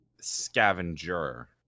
scavenger